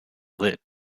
lit